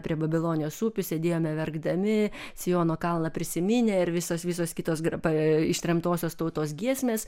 prie babilonijos upių sėdėjome verkdami siono kalną prisiminę ir visos visos kitos grab ištremtosios tautos giesmės